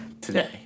today